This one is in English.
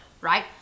right